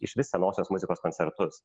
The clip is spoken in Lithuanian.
išvis senosios muzikos koncertus